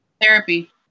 Therapy